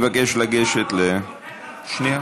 התשע"ח 2017,